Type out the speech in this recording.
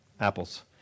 apples